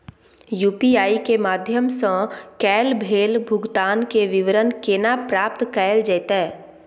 UPI के माध्यम सं कैल गेल भुगतान, के विवरण केना प्राप्त कैल जेतै?